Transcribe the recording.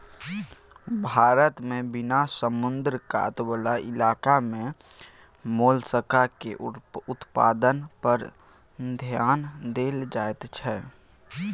भारत मे बिना समुद्र कात बला इलाका मे मोलस्का केर उत्पादन पर धेआन देल जाइत छै